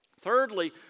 Thirdly